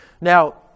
Now